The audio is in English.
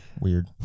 Weird